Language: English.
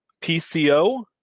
PCO